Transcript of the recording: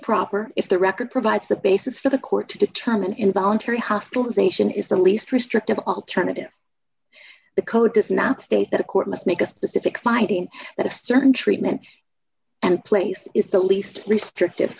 is proper if the record provides the basis for the court to determine involuntary hospitalization is the least restrictive alternative the code does not state that a court must make a specific finding that a certain treatment and place is the least restrictive